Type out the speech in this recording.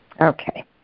Okay